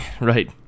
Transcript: right